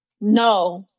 No